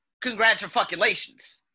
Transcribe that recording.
Congratulations